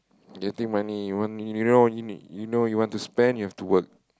getting money you want you know what you need you know you want to spend you got to work